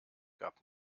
gab